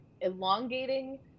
elongating